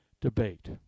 debate